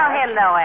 hello